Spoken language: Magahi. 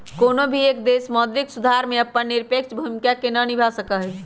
कौनो भी एक देश मौद्रिक सुधार में अपन निरपेक्ष भूमिका के ना निभा सका हई